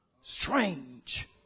Strange